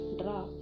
draw